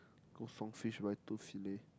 go Song Fish buy to fillet